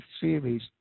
series